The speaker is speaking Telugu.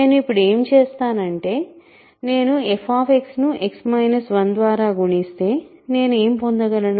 నేను ఇప్పుడు ఏమి చేస్తాను అంటే నేను f ను X 1 ద్వారా గుణిస్తే నేను ఏమి పొందగలను